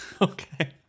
okay